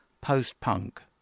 post-punk